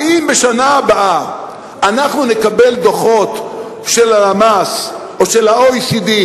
האם בשנה הבאה אנחנו נקבל דוחות של הלמ"ס או של ה-OECD,